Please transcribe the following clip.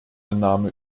annahme